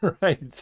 right